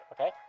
Okay